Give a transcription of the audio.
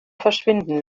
verschwinden